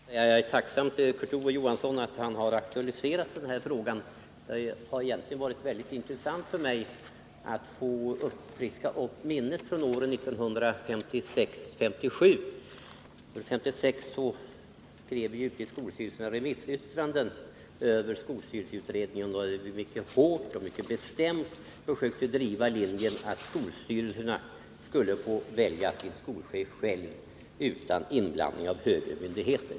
Fru talman! Jag är tacksam mot Kurt Ove Johansson för att han har aktualiserat denna fråga. Det har för mig varit mycket intressant att få friska upp minnena från åren 1956 och 1957. 1956 skrev ju skolstyrelserna remissyttranden över skolstyrelseutredningen. Vi försökte då mycket hårt och bestämt att driva linjen att skolstyrelserna skulle få välja sin skolchef själv, utan inblandning av högre myndigheter.